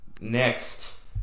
next